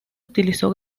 utilizó